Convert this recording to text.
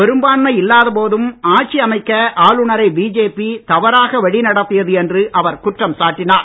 பெரும்பான்மை இல்லாத போதும் ஆட்சி அமைக்க ஆளுனரை பிஜேபி தவறாக வழி நடத்தியது என்று அவர் குற்றம் சாட்டினார்